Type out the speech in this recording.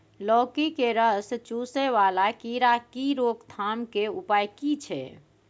लौकी के रस चुसय वाला कीरा की रोकथाम के उपाय की छै?